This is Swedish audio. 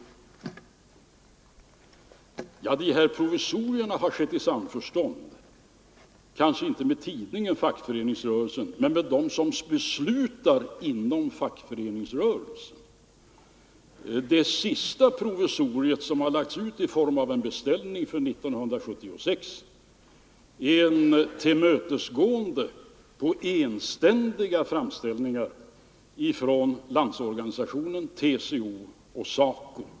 Ja, dessa provisorier har skett i samförstånd, kanske inte med tidningen Fackföreningsrörelsen men med dem som beslutar inom fackföreningsrörelsen. Det sista provisoriet, som har lagts ut i form av en beställning för 1976, innebär ett tillmötesgående efter enständiga framställningar från LO, TCO och SACO.